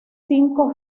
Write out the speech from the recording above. cinco